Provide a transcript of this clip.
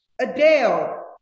Adele